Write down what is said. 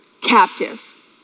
captive